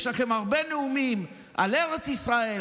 יש לכם הרבה נאומים על ארץ ישראל,